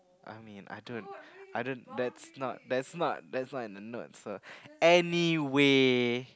I mean I don't I don't that's not that's not that's not in the notes a anyway